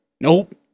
Nope